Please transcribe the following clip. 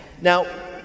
Now